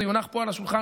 זה יונח פה על השולחן,